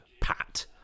Pat